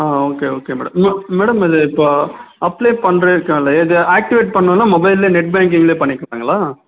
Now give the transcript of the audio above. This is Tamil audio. ஆ ஓகே ஓகே மேடம் இன்னோரு மேடம் இது இப்போது அப்ளே பண்ணுறதுக்கான இது ஆக்டிவேட் பண்ணணும்ன்னா மொபைல் நெட் பேங்கிங்லேயே பண்ணிக்கலாங்களா